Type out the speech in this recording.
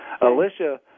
Alicia